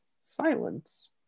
Silence